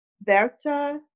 Berta